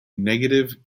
negative